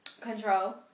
Control